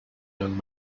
young